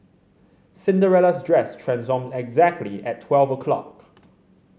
Cinderella's dress transformed exactly at twelve o' clock